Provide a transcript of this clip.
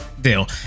deal